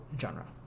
genre